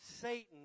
Satan